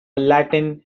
latin